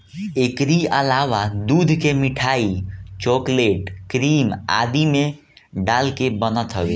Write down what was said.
एकरी अलावा दूध के मिठाई, चोकलेट, क्रीम आदि में डाल के बनत हवे